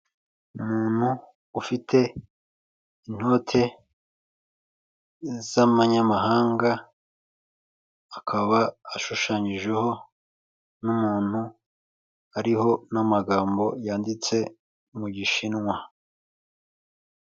Umuntu ufite inote z'amanyamahanga akaba ashushanyijeho n'umuntu, hariho n'amagambo yanditse mu gishinwa.